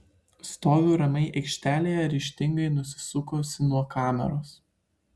stoviu ramiai aikštelėje ryžtingai nusisukusi nuo kameros